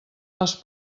les